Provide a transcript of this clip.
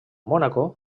mònaco